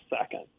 second